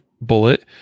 bullet